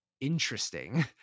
interesting